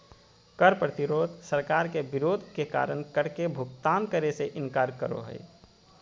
कर प्रतिरोध सरकार के विरोध के कारण कर के भुगतान करे से इनकार करो हइ